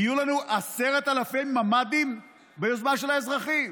יהיו לנו 10,000 ממ"דים ביוזמה של האזרחים,